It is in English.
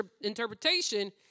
interpretation